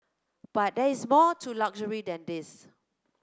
but there is more to luxury than these